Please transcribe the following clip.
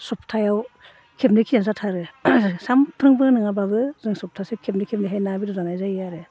सफ्थायाव खेबनै खेबथाम आरो सानफ्रोमबो नङाब्लाबो जों सफ्थासे खेबनै खेबनैहाय ना बेदर जायो आरो